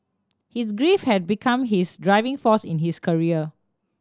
his grief had become his driving force in his career